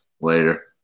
Later